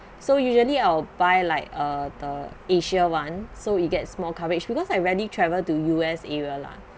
so usually I'll buy like uh the asia one so you get small coverage because I rarely travel to U_S area lah